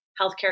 healthcare